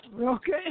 Okay